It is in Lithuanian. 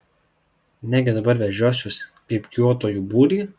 negi dabar vežiosiuos pypkiuotojų būrį